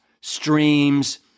streams